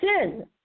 sin